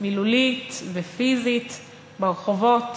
מילולית ופיזית ברחובות,